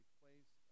place